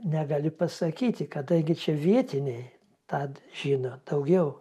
negali pasakyti kadangi čia vietiniai tą žino daugiau